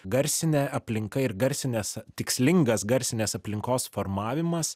garsinė aplinka ir garsinės tikslingas garsinės aplinkos formavimas